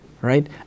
right